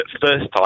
first-time